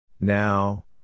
Now